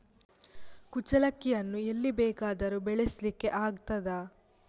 ಕುಚ್ಚಲಕ್ಕಿಯನ್ನು ಎಲ್ಲಿ ಬೇಕಾದರೂ ಬೆಳೆಸ್ಲಿಕ್ಕೆ ಆಗ್ತದ?